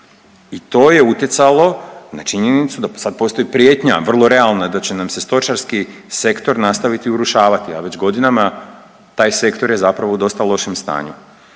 I to je utjecalo na činjenicu da sad postoji prijetnja, vrlo realno da će nam se stočarski sektor nastaviti urušavati, a već godinama taj sektor je zapravo u dosta lošem stanju.